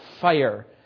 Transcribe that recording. fire